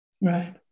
Right